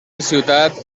ciutat